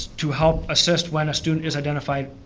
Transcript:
to help assist when a student is identified,